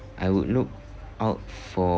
I would look out for